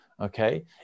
okay